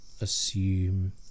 assume